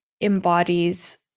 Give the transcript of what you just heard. embodies